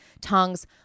tongues